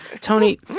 Tony